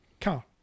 car